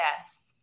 Yes